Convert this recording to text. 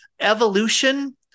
evolution